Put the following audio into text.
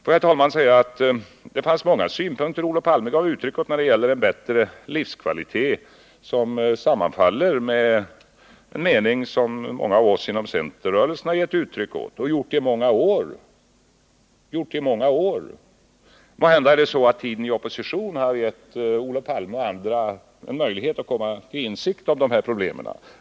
Får jag, herr talman, säga att Olof Palme gav uttryck åt många synpunkter på en bättre livskvalitet som sammanfaller med den mening som många av oss inom centerrörelsen har gett uttryck åt i många år. Måhända är det så att tiden i oppositionsställning har gett Olof Palme och andra en möjlighet att komma till insikt om de här problemen?